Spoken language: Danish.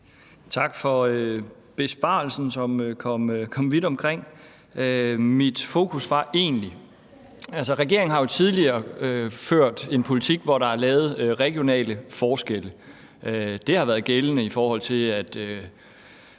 Tak for besvarelsen, som kom vidt omkring. Mit fokus var egentlig, at regeringen jo tidligere har ført en politik, hvor der er lavet regionale forskelle. Det har været gældende, i forhold til at